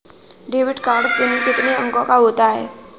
Debit card pin कितने अंकों का होता है?